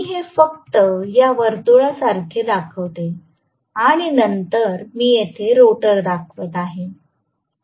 मी हे फक्त या वर्तुळासारखे दाखवते आणि नंतर मी येथे रोटर दाखवत आहे